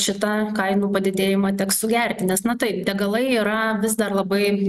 šitą kainų padidėjimą teks sugerti nes na taip degalai yra vis dar labai